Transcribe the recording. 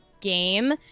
game